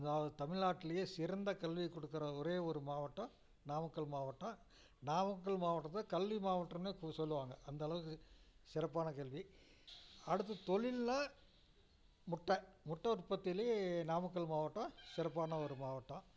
அதாவது தமிழ்நாட்டுலையே சிறந்த கல்வியை கொடுக்குற ஒரே ஒரு மாவட்டம் நாமக்கல் மாவட்டம் நாமக்கல் மாவட்டத்தை கல்வி மாவட்டம்னே சொல்லுவாங்க அந்த அளவுக்கு சிறப்பான கல்வி அடுத்து தொழிலில் முட்டை முட்டை உற்பத்திலையும் நாமக்கல் மாவட்டம் சிறப்பான ஒரு மாவட்டம்